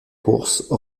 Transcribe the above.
course